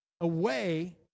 away